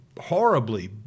horribly